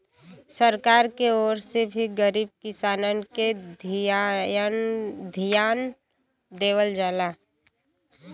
सरकार के ओर से भी गरीब किसानन के धियान देवल जाला